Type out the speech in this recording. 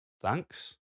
thanks